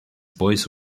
voice